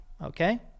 Okay